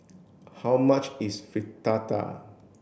how much is Fritada